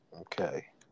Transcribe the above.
Okay